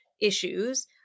issues